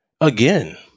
again